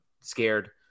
scared